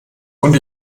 und